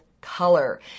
color